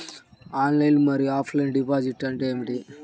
Online మరియు offline deposit అంటే ఏమిటి?